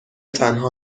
تنها